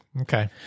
Okay